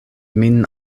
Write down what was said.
min